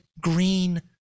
green